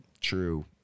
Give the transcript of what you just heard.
true